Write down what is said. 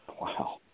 Wow